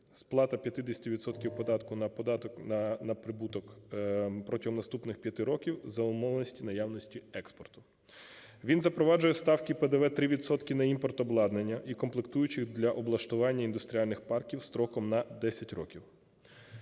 сплата 50 відсотків податку на прибуток протягом наступних 5 років за умовності наявності експорту; він запроваджує ставки ПДВ 3 відсотки на імпорт обладнання і комплектуючих для облаштування індустріальних парків строком на 10 років;